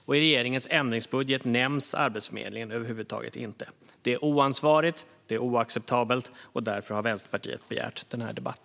Och i regeringens ändringsbudget nämns Arbetsförmedlingen över huvud taget inte. Det är oansvarigt, och det är oacceptabelt. Därför har Vänsterpartiet begärt denna debatt.